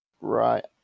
right